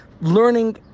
learning